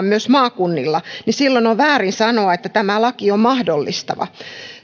myös maakunnilla niin silloin on väärin sanoa että tämä laki on mahdollistava